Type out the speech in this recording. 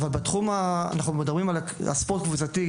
אנחנו מדברים על ספורט קבוצתי,